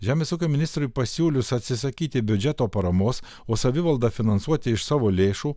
žemės ūkio ministrui pasiūlius atsisakyti biudžeto paramos o savivaldą finansuoti iš savo lėšų